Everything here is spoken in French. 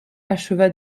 acheva